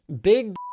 big